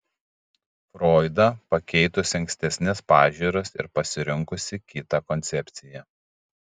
froidą pakeitusi ankstesnes pažiūras ir pasirinkusį kitą koncepciją